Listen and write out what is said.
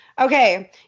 Okay